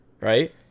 right